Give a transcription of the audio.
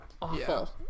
awful